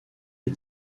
les